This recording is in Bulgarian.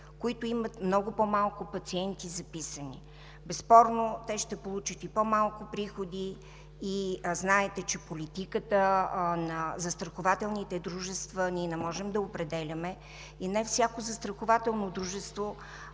които имат записани много по-малко пациенти. Безспорно те ще получат и по-малко приходи. Знаете, че политиката на застрахователните дружества ние не можем да я определяме и не всяко застрахователно дружество,